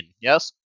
Yes